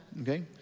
Okay